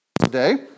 today